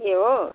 ए हो